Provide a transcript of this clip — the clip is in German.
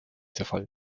zerfall